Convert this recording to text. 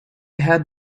had